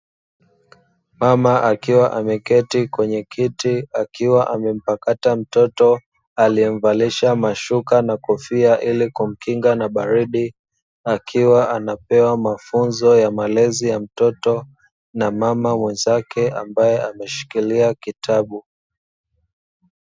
Mama akiwa ameketi kwenye kiti akiwa amempakata mtoto aliyemvalisha mashuka na kofia ili kumkinga na baridi, akiwa anapewa mafunzo ya malezi ya mtoto na mama mwenzake ambaye ameshikilia kitabu.